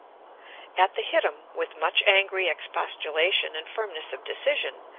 at the hittim, with much angry expostulation and firmness of decision,